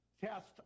test